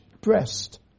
breast